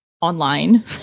online